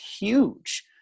huge